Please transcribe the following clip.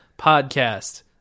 podcast